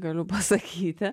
galiu pasakyti